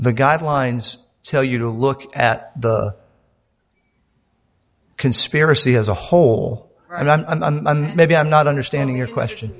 the guidelines tell you to look at the conspiracy as a whole another maybe i'm not understanding your question